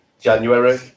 January